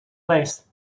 less